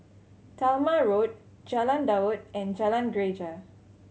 Talma Road Jalan Daud and Jalan Greja